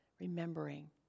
Remembering